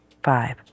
Five